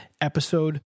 episode